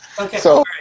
Okay